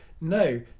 no